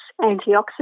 antioxidant